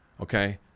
Okay